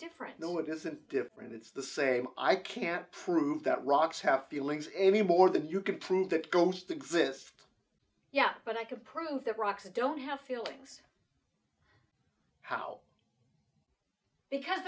isn't different it's the same i can't prove that rocks have feelings any more than you can prove that ghosts exist yeah but i could prove that rocks don't have feelings how because